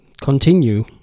continue